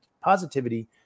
positivity